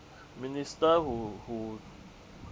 minister who who